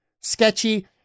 sketchy